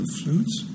flutes